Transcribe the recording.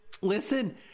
listen